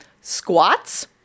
squats